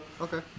Okay